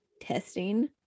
testing